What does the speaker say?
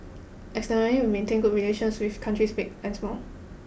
externally we have maintained good relations with countries big and small